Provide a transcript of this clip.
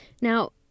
Now